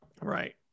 right